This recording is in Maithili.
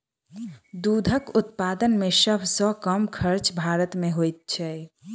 दूधक उत्पादन मे सभ सॅ कम खर्च भारत मे होइत छै